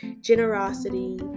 generosity